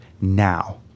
now